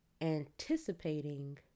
anticipating